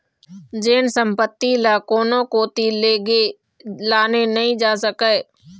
जेन संपत्ति ल कोनो कोती लेगे लाने नइ जा सकय